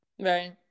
Right